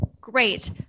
Great